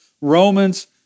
Romans